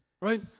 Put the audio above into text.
Right